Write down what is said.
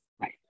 Right